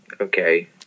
okay